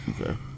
Okay